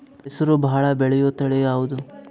ಹೆಸರು ಭಾಳ ಬೆಳೆಯುವತಳಿ ಯಾವದು?